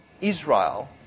Israel